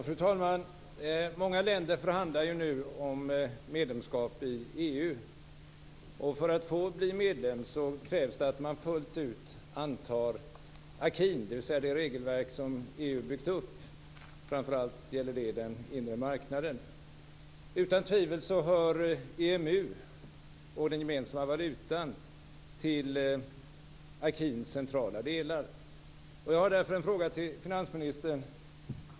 Fru talman! Många länder förhandlar nu om medlemskap i EU. För att få bli medlem krävs det att man fullt ut antar akin, dvs. det regelverk som EU byggt upp. Framför allt gäller det den inre marknaden. Utan tvivel hör EMU och den gemensamma valutan till akins centrala delar. Jag har därför en fråga till finansministern.